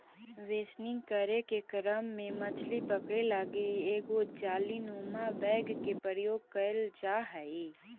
बेसनिंग करे के क्रम में मछली पकड़े लगी एगो जालीनुमा बैग के प्रयोग कैल जा हइ